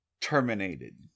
terminated